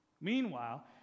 Meanwhile